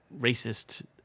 racist